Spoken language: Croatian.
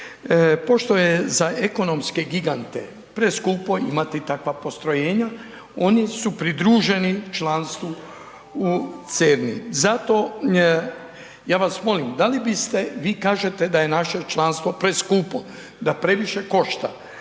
pošto je za ekonomske gigante preskupo imati taka postrojenja oni su pridruženi članstvu u CERN-i zato ja vas molim, da li biste, vi kažete da je naše članstvo preskupo, da previše košta,